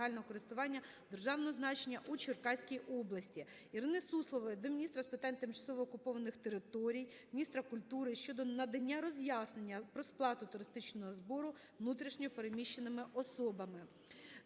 державного значення у Черкаській області. Ірини Суслової до міністра з питань тимчасово окупованих територій, міністра культури щодо надання роз'яснення про сплату туристичного збору внутрішньо переміщеними особами.